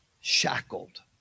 shackled